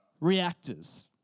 reactors